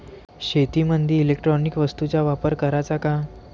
शेतीमंदी इलेक्ट्रॉनिक वस्तूचा वापर कराचा का?